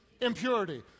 impurity